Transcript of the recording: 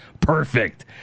Perfect